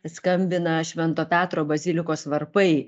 skambina švento petro bazilikos varpai